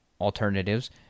alternatives